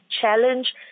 challenge